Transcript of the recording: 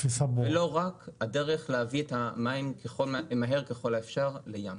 ולא רק הדרך להביא את המים מהר ככל האפשר לים.